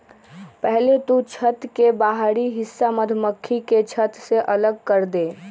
पहले तु छत्त के बाहरी हिस्सा मधुमक्खी के छत्त से अलग करदे